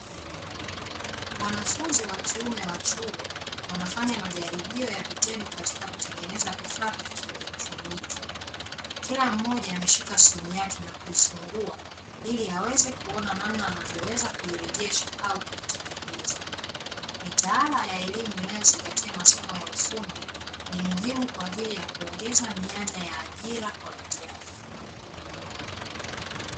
Wanafunzi wa kiume wa chuo wanafanya majaribio ya vitendo katika kutengeneza vifaa vya kielectroniki. Kila mmoja ameshika simu yake na kuifungua ili aweze kuona namna anavyoweza kuirejesha au kuitengeneza. Mitaala ya elimu inayozingatia masomo ya ufundi ni muhimu kwa ajili ya kuongeza mianya ya ajira kwa vijana .